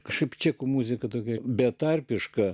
kažkaip čekų muzika tokia betarpiška